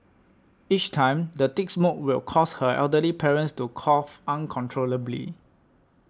each time the thick smoke would cause her elderly parents to cough uncontrollably